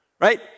right